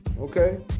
okay